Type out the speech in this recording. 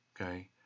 Okay